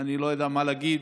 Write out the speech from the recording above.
אני לא יודע מה להגיד.